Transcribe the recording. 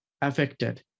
affected